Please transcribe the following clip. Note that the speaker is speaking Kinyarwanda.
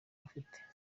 afite